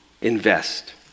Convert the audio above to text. Invest